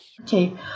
Okay